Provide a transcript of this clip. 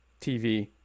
TV